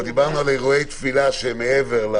דיברנו על אירועי תפילה שהם מעבר.